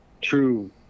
true